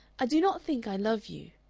i do not think i love you.